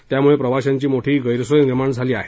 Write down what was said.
त्यामुळे प्रवाशांची मोठी गैरसोय निर्माण झाली होती